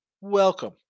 Welcome